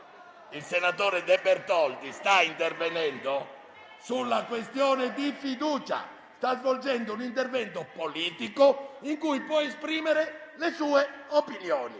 Il senatore De Bertoldi sta intervenendo sulla questione di fiducia e sta svolgendo un intervento politico in cui può esprimere le sue opinioni.